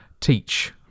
Teach